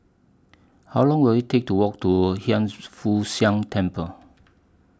How Long Will IT Take to Walk to Hiang Foo Siang Temple